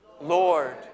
Lord